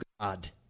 God